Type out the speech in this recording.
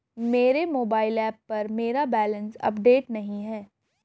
मेरे mobile app पर मेरा बैलेंस अपडेट नहीं है